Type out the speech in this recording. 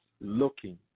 looking